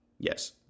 Yes